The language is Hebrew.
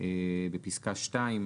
בפסקה (2).